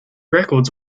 records